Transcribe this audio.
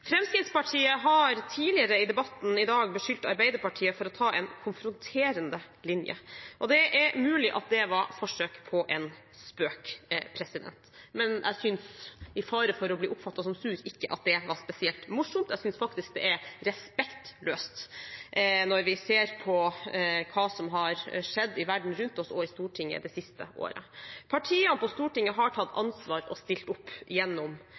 Fremskrittspartiet har tidligere i debatten i dag beskyldt Arbeiderpartiet for å ta en konfronterende linje. Det er mulig at det var et forsøk på en spøk, men med fare for å bli oppfattet som sur synes jeg ikke det var spesielt morsomt. Jeg synes det faktisk er respektløst når vi ser på hva som har skjedd i verden rundt oss og i Stortinget det siste året. Partiene på Stortinget har tatt ansvar og stilt opp